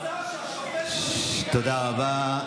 תודה רבה.